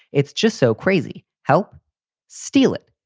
it's just so crazy. help steal it.